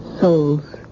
Souls